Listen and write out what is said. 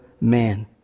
man